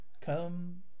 come